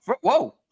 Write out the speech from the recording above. Whoa